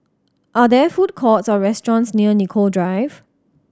are there food courts or restaurants near Nicoll Drive